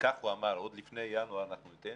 כך הוא אומר: עוד לפני ינואר, אנחנו ניתן.